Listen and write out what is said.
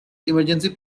emergency